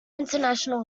international